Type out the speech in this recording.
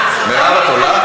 אני רוצה לעלות.